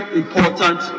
important